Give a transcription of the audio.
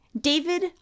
David